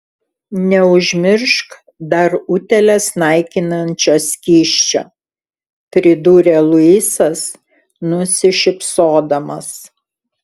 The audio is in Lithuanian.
neužmiršk dar utėles naikinančio skysčio pridūrė luisas nusišypsodamas